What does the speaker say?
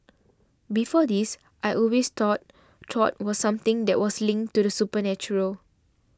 before this I always thought Tarot was something that was linked to the supernatural